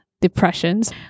depressions